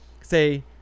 say